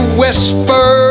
whisper